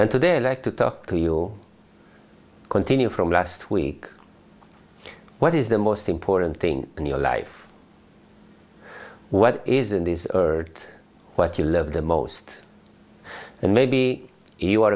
and today like to talk to you continue from last week what is the most important thing in your life what is in this earth what you love the most and maybe you